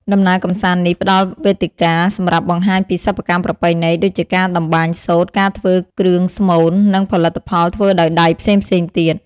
ដំណើរកម្សាន្តនេះផ្តល់វេទិកាសម្រាប់បង្ហាញពីសិប្បកម្មប្រពៃណី ដូចជាការតម្បាញសូត្រ ការធ្វើគ្រឿងស្មូន និងផលិតផលធ្វើដោយដៃផ្សេងៗទៀត។